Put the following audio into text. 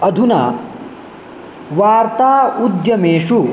अधुना वार्ता उद्यमेषु